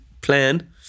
plan